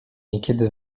niekiedy